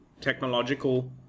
technological